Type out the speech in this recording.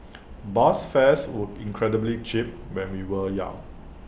bus fares were incredibly cheap when we were young